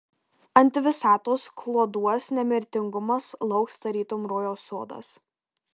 antivisatos kloduos nemirtingumas lauks tarytum rojaus sodas